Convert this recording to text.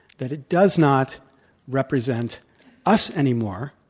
that it does not represent us anymore.